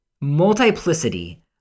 multiplicity